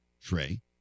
Trey